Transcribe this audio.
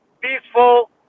peaceful